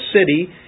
city